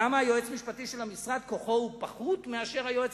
למה יועץ משפטי של משרד כוחו פחות משל היועץ